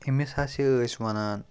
أمِس ہَسا ٲسۍ وَنان